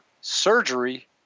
surgery